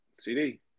CD